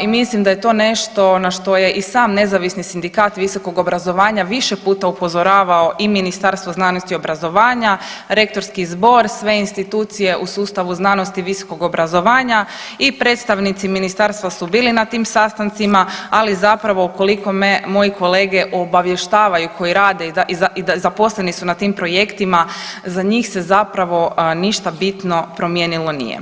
i mislim da je to nešto na što je i sam Nezavisni sindikat visokog obrazovanja više puta upozoravao i Ministarstvo znanosti i obrazovanja, Rektorski zbor sve institucije u sustavu znanosti i visokog obrazovanja i predstavnici ministarstva su bili na tim sastancima, ali zapravo koliko me moji kolege obavještavaju koji rade i zaposleni su na tim projektima za njih se zapravo ništa bitno promijenilo nije.